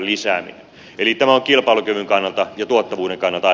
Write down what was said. eli tämä on kilpailukyvyn kannalta ja tuottavuuden kannalta